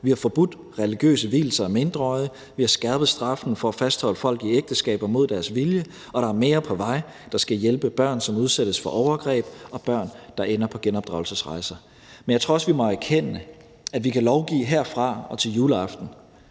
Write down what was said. Vi har forbudt religiøse vielser af mindreårige, vi har skærpet straffen for at fastholde folk i ægteskab mod deres vilje, og der er mere på vej, der skal hjælpe børn, som udsættes for overgreb, og børn, der ender på genopdragelsesrejser. Men jeg tror også, at vi må erkende, at vi kan lovgive herfra og til juleaften;